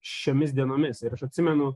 šiomis dienomis ir aš atsimenu